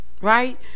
Right